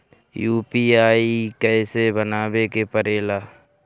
UPI कइसे बनावे के परेला?